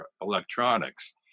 electronics